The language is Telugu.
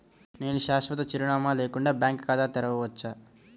నేను శాశ్వత చిరునామా లేకుండా బ్యాంక్ ఖాతా తెరవచ్చా?